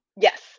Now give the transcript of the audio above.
yes